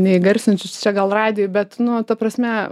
neįgarsinsiu čia gal radijuj bet nu ta prasme